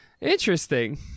Interesting